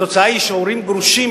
התוצאה היא שהורים גרושים,